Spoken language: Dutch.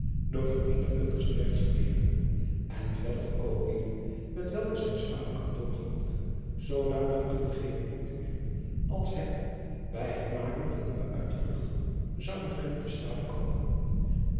door van een der kundigste regtsgeleerden en verder van kooplieden met welke zijns vaders kantoor handelde zoodanige kundigheden in te winnen als hem bij het maken van nieuwe uitvlugten zouden kunnen te stade komen